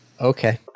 Okay